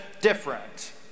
different